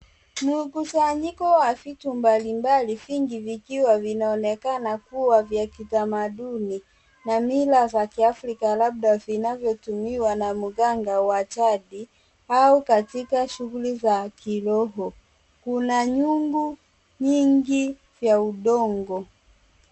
Mkusanyiko wa vitu mbalimbali vingi vikiwa vinaoekana kuwa vya kitamaduni na mila za kiafrika labda vinavyotumiwa na mganga wa jadi au katika shughuli za kiroho. Kuna nyungu nyingi vya udongo.